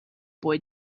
boy